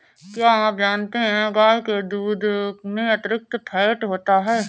क्या आप जानते है गाय के दूध में अतिरिक्त फैट होता है